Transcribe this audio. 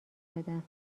دادم